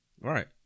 right